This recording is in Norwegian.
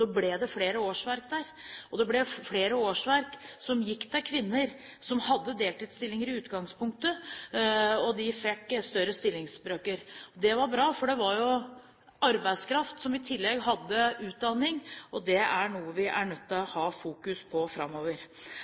ble det flere årsverk der. Det ble flere årsverk som gikk til kvinner som hadde deltidsstillinger i utgangspunktet, og de fikk større stillingsbrøker. Det var bra, for det var jo arbeidskraft som i tillegg hadde utdanning, og det er noe vi er nødt til å ha fokus på framover.